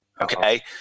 Okay